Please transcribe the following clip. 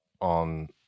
on –